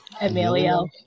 Emilio